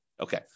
Okay